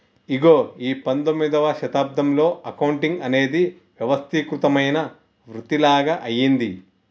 ఇగో ఈ పందొమ్మిదవ శతాబ్దంలో అకౌంటింగ్ అనేది వ్యవస్థీకృతమైన వృతిలాగ అయ్యింది